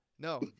No